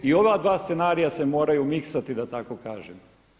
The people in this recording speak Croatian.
I ova dva scenarija se moraju miksati da tako kažem.